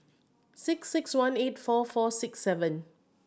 six six one eight four four six seven